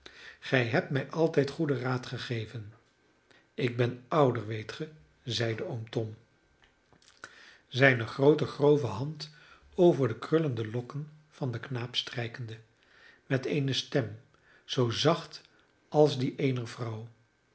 gij hebt mij altijd goeden raad gegeven ik ben ouder weet ge zeide oom tom zijne groote grove hand over de krullende lokken van den knaap strijkende met eene stem zoo zacht als die eener vrouw